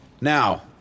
Now